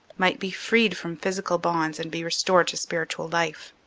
might be freed from physical bonds and be restored to spiritual life.